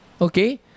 okay